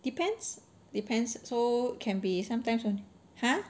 depends depends so can be sometimes on~ !huh!